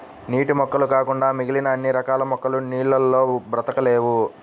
నీటి మొక్కలు కాకుండా మిగిలిన అన్ని రకాల మొక్కలు నీళ్ళల్లో బ్రతకలేవు